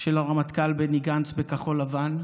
של הרמטכ"ל בני גנץ בכחול לבן,